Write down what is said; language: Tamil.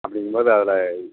அப்படிங் போது அதில்